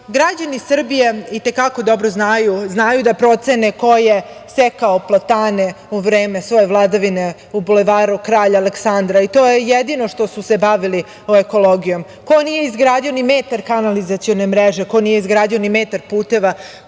Srbije i te kako dobro znaju da procene ko je sekao platane u vreme svoje vladavine u Bulevaru Kralja Aleksandra i to je jedino što su se bavili ekologijom, ko nije izgradio ni metar kanalizacione mreže, ko nije izgradio ni metar puteva,